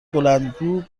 بلندگو